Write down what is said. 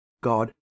God